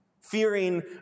Fearing